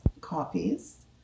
copies